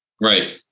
Right